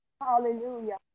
Hallelujah